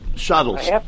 Shuttles